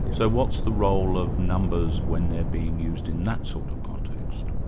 so what's the role of numbers when they're being used in that sort of context?